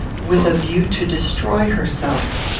with a view to destroy herself.